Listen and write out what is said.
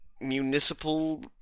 municipal